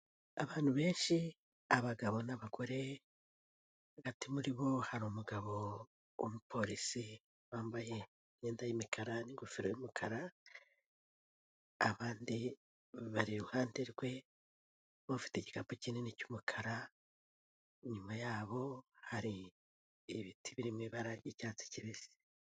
Abantu benshi abagabo n'abagore, hagati muri bo hari umugabo w'umupolisi wambaye imyenda y'umukara n'ingofero y'umukara. Abandi bari iruhande rwe, ufite igikapu kinini cy'umukara; inyuma yabo hari ibiti birimo ibara ry'icyatsi kibisi.